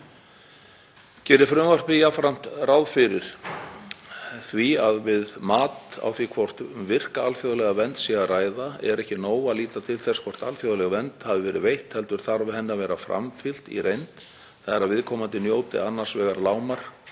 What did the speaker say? Gerir frumvarpið jafnframt ráð fyrir því að við mat á því hvort um virka alþjóðlega vernd sé að ræða sé ekki nóg að líta til þess hvort alþjóðleg vernd hafi verið veitt heldur þarf henni að vera framfylgt í reynd, þ.e. að viðkomandi njóti annars vegar að